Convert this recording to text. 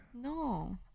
No